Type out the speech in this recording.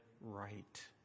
right